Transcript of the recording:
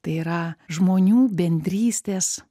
tai yra žmonių bendrystės